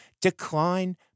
decline